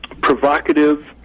provocative